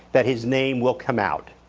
that his name will come out.